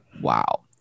Wow